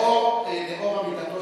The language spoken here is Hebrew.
עבור הכרטיסים האלה, מסבסד את זה.